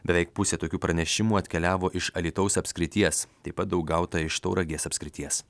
beveik pusė tokių pranešimų atkeliavo iš alytaus apskrities taip pat daug gauta iš tauragės apskrities